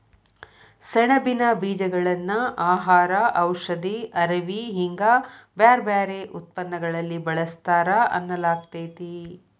ಸೆಣಬಿನ ಬೇಜಗಳನ್ನ ಆಹಾರ, ಔಷಧಿ, ಅರವಿ ಹಿಂಗ ಬ್ಯಾರ್ಬ್ಯಾರೇ ಉತ್ಪನ್ನಗಳಲ್ಲಿ ಬಳಸ್ತಾರ ಅನ್ನಲಾಗ್ತೇತಿ